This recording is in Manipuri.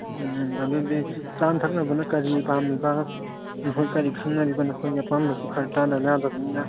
ꯑꯗꯨꯗꯤ ꯆꯥꯅ ꯊꯛꯅꯕꯅ ꯀꯔꯤ ꯄꯥꯝꯃꯤꯕ ꯅꯈꯣꯏ ꯀꯔꯤ ꯈꯟꯅꯔꯤꯕ ꯅꯈꯣꯏꯒꯤ ꯑꯄꯥꯝꯕꯁꯨ ꯈꯔ ꯇꯥꯟꯅꯗ ꯌꯥꯗꯕꯅꯤꯅ